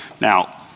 now